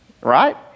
Right